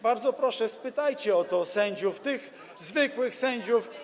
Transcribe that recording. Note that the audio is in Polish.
Bardzo proszę, spytajcie o to sędziów, tych zwykłych sędziów.